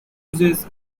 losses